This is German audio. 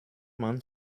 man